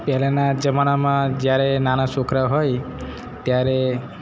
પહેલાંના જમાનામાં જ્યારે નાના છોકરા હોય ત્યારે